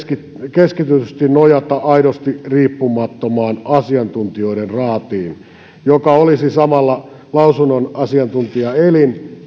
keskitetysti nojata aidosti riippumattomaan asiantuntijoiden raatiin joka olisi samalla riita asioissa oikeudelle lausunnon antava asiantuntija elin